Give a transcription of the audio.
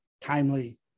timely